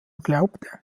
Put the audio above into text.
glaubte